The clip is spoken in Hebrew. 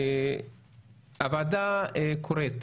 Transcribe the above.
הוועדה קוראת